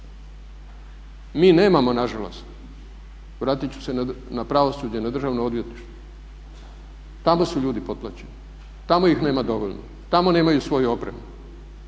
Mi nemamo nažalost, vratiti ću se na pravosuđe, na državno odvjetništvo, tamo su ljudi potplaćeni, tamo ih nema dovoljno, tamo nemaju svoju opremu.